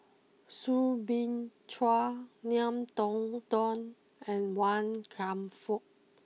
Soo Bin Chua Ngiam Tong Dow and Wan Kam Fook